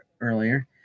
earlier